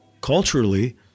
culturally